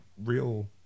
real